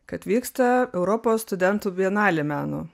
kad vyksta europos studentų bienalė meno